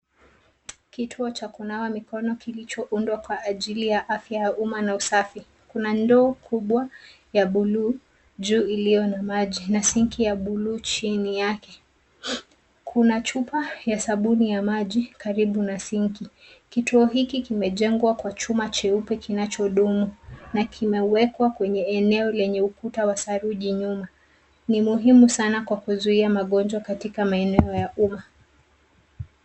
Kituo cha kunawa mikono kilichoundwa kwa ajili ya afya ya umma na usafi. Kuna ndoo kubwa ya buluu juu iliyo na maji na sinki ya buluu chini yake. Kuna chupa ya sabuni ya maji karibu na sinki. Kituo hiki kimejengwa kwa chuma cheupe kinachodumu na kimewekwa kwenye eneo lenye ukuta wa saruji nyuma. Ni muhimu sana kwa kuzuia magonjwa katika maeneo ya umma.